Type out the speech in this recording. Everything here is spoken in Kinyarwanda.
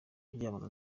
kuryamana